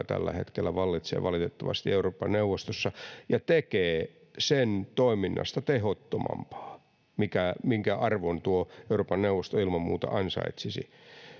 tällä hetkellä vallitsee valitettavasti euroopan neuvostossa ja tekee sen toiminnasta tehottomampaa toisin kuin minkä arvon tuo euroopan neuvosto ilman muuta ansaitsisi